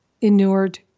inured